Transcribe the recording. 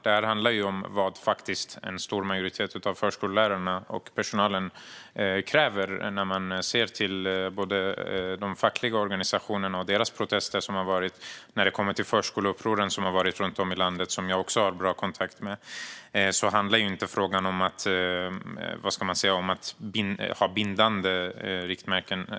Det handlar om vad en stor majoritet av förskollärarna och personalen kräver när man ser till både de fackliga organisationerna och deras protester och det förskoleuppror som har varit runt om i landet. Jag har bra kontakt med dem också. Frågan handlar inte om att vi ska ha bindande riktmärken.